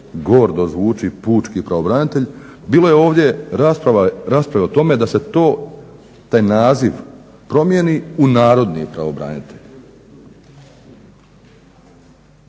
gordo zvuči pučki pravobranitelj, bilo je ovdje rasprava o tome da se taj naziv promijeni u narodni pravobranitelj.